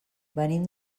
venim